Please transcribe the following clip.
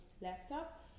laptop